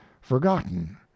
forgotten